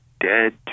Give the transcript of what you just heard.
dead